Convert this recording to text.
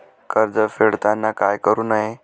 कर्ज फेडताना काय करु नये?